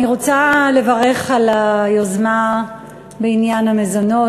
אני רוצה לברך על היוזמה בעניין המזונות,